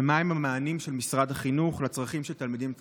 2. מהם המענים של משרד החינוך לצרכים של תלמידים טרנסג'נדרים?